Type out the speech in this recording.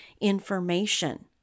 information